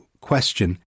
Question